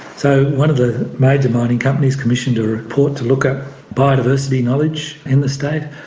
so one of the major mining companies commissioned a report to look at biodiversity knowledge in the state,